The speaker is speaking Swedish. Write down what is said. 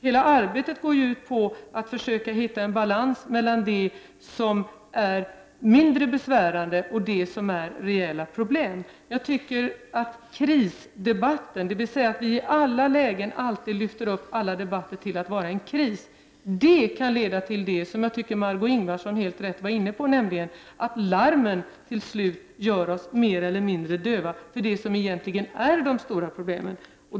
Hela arbetet går ut på att försöka hitta en balans mellan det som är mindre besvärande och det som är rejäla problem. Att i alla lägen lyfta upp debatten till att gälla en kris kan leda till det som jag tycker att Margö Ingvardsson helt rätt var inne på, nämligen att larmen till slut gör oss mer eller mindre döva för det som egentligen är de stora problemen.